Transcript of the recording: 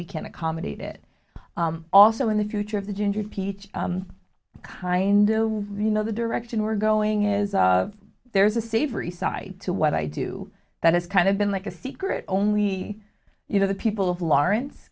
we can accommodate it also in the future of the ginger peach kind you know the direction we're going is there's a savory side what i do that it's kind of been like a secret only you know the people of lawrence